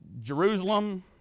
Jerusalem